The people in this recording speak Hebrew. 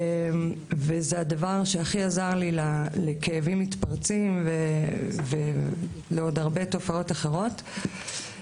זה הדבר שהכי עזר לכאבים מתפרצים ולעוד הרבה תופעות אחרות.